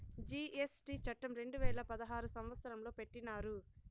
GST చట్టం రెండు వేల పదహారు సంవత్సరంలో పెట్టినారు